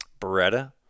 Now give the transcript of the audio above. Beretta